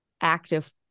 active